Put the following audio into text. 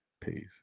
Peace